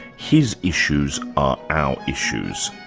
his issues are our issues.